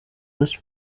bruce